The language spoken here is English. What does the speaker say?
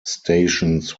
stations